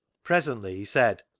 presently he said,